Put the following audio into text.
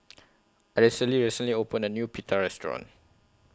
Araceli recently opened A New Pita Restaurant